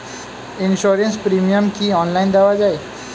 Insurance premium কি online দেওয়া যায়?